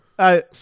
I